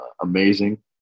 amazing